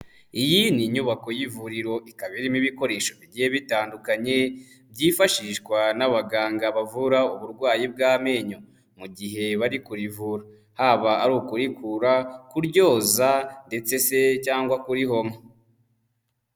Iyi ni inyubako y'ivuriro ikaba irimo ibikoresho, bigiye bitandukanye byifashishwa n'abaganga bavura uburwayi bw'amenyo mu gihe bari kurivura, haba ari ukurikura, kuryoza ndetse se cyangwa kurihomo.